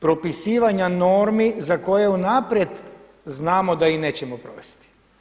Propisivanja normi za koje unaprijed znamo da ih nećemo provesti.